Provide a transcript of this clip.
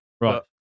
Right